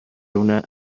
una